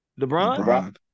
LeBron